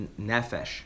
nefesh